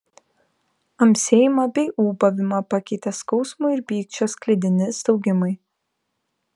amsėjimą bei ūbavimą pakeitė skausmo ir pykčio sklidini staugimai